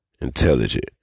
Intelligent